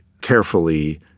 carefully